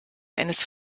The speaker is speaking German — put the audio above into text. eines